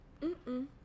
Mm-mm